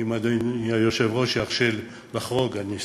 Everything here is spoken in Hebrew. ואם אדוני היושב-ראש ירשה לחרוג, אני אשמח.